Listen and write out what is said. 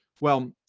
well,